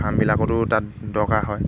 ফাৰ্মবিলাকতো তাত দৰকাৰ হয়